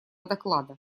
доклада